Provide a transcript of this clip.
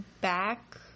back